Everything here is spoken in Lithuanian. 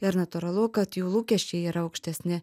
ir natūralu kad jų lūkesčiai yra aukštesni